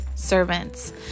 servants